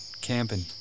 camping